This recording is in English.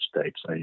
States